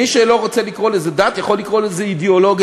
מי שלא רוצה לקרוא לזה דת יכול לקרוא לזה אידיאולוגיה,